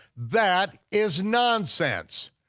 that is nonsense,